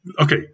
Okay